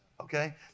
okay